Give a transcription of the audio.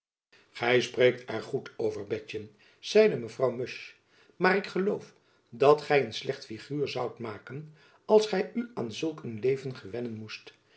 spreekt er goed over betjen zeide mevrouw musch maar ik geloof dat gy een slecht figuur zoudt maken als gy u aan zulk een leven gewennen moest